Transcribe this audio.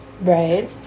Right